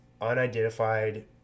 unidentified